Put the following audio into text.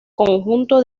conjunto